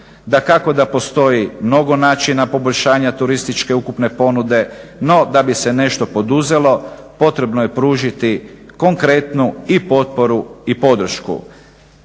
Dakako da postoji mnogo načina poboljšanja turističke ukupne ponude no da bi se nešto poduzelo potrebno je pružiti konkretnu i potporu i podršku.